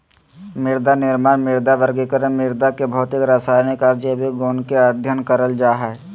मृदानिर्माण, मृदा वर्गीकरण, मृदा के भौतिक, रसायनिक आर जैविक गुण के अध्ययन करल जा हई